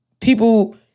people